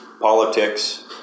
politics